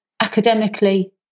academically